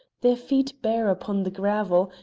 their feet bare upon the gravel,